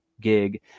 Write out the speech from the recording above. gig